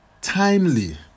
timely